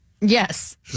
yes